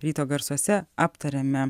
ryto garsuose aptariame